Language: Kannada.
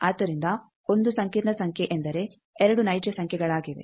ಆದ್ದರಿಂದ ಒಂದು ಸಂಕೀರ್ಣ ಸಂಖ್ಯೆ ಎಂದರೆ 2 ನೈಜ ಸಂಖ್ಯೆಗಳಾಗಿವೆ